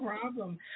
problem